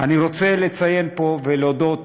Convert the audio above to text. אני רוצה לציין פה ולהודות